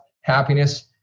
happiness